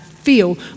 feel